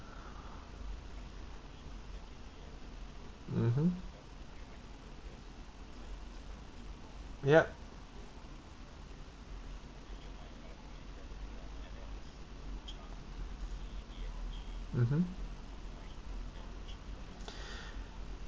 mmhmm yup mmhmm